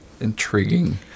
intriguing